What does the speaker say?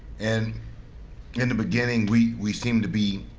and in the beginning, we we seemed to be